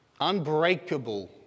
unbreakable